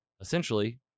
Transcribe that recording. essentially